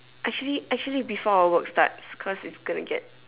actually actually before our work starts cause it's gonna get